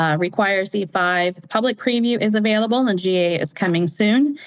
ah requires e five, public preview is available, and ga is coming soon.